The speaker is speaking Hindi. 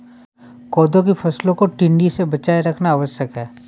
कोदो की फसलों को टिड्डों से बचाए रखना आवश्यक है